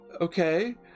okay